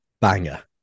banger